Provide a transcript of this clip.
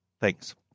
Thanks